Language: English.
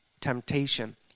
temptation